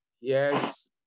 Yes